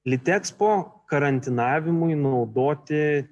litexpo karantinavimui naudoti